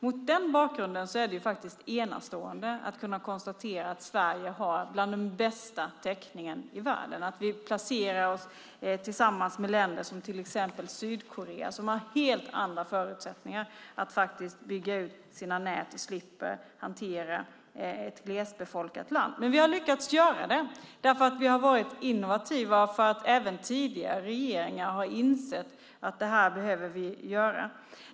Mot den bakgrunden är det enastående att kunna konstatera att Sverige har bland den bästa täckningen i världen. Vi placerar oss tillsammans med länder som till exempel Sydkorea, som har helt andra förutsättningar att bygga ut sina nät. De slipper hantera ett glesbefolkat land. Men vi har lyckats göra det därför att vi har varit innovativa och därför att även tidigare regeringar har insett att vi behöver göra detta.